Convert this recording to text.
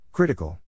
Critical